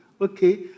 Okay